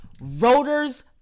Rotors